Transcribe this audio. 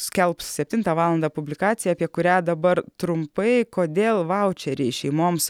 skelbs septintą valandą publikaciją apie kurią dabar trumpai kodėl vaučeriai šeimoms